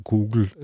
Google